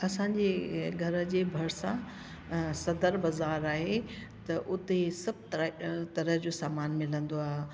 असांजे घर जे बरिसा सदर बाजार आहे त उते सभु तरह तरह जूं सामान मिलंदो आहे